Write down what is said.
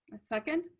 ah second.